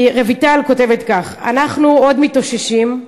רויטל כותבת כך: אנחנו עוד מתאוששים,